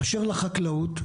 באשר לחקלאות,